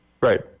Right